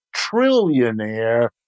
trillionaire